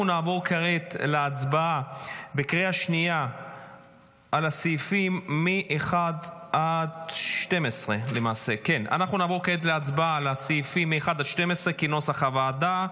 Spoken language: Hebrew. אנחנו נעבור כעת להצבעה על סעיפים 1 12 בקריאה שנייה כנוסח הוועדה.